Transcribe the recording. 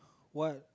what